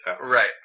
Right